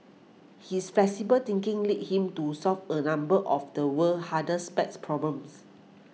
his flexible thinking led him to solve a number of the world's hardest math problems